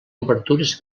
obertures